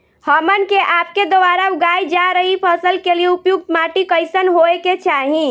हमन के आपके द्वारा उगाई जा रही फसल के लिए उपयुक्त माटी कईसन होय के चाहीं?